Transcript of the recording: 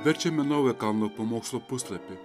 verčiame naują kalno pamokslo puslapį